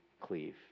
cleave